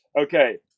okay